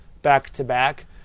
back-to-back